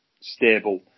stable